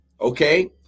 okay